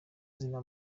zina